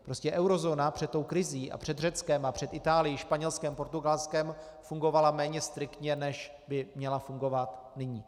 Prostě eurozóna před tou krizí a před Řeckem a před Itálií, Španělskem, Portugalskem fungovala méně striktně, než by měla fungovat nyní.